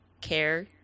care